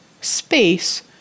space